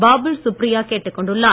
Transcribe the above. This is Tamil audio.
பாபுல் சுப்ரியோ கேட்டுக்கொண்டார்